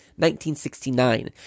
1969